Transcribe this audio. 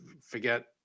forget